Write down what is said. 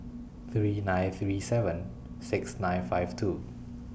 three nine three seven six nine five two